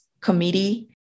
committee